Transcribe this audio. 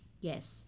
yes